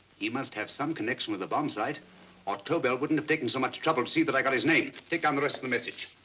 he must have some connection with the bomb sight or tobel wouldn't have taken so much trouble to see that i got his name. take down um the rest of the message.